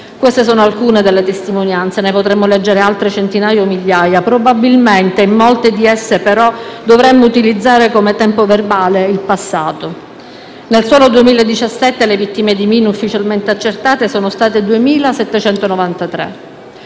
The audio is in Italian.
Queste sono alcune delle testimonianze, ne potremmo leggere altre centinaia o migliaia. Probabilmente in molte di esse, però, dovremmo utilizzare come tempo verbale il passato. Nel solo 2017 le vittime di mine ufficialmente accertate sono state 2793;